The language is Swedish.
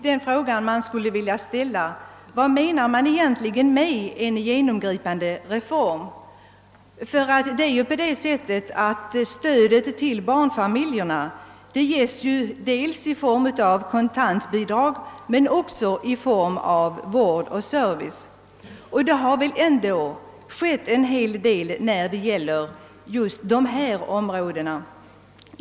Den fråga jag då vill ställa är: Vad menar motionärerna egentligen med »genomgripande reformer»? Stödet till barnfamiljerna ges ju dels i form av kontantbidrag, dels i form av vård och service. Och det har ändå skett en del de senare åren.